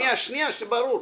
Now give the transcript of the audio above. ברור.